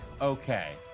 Okay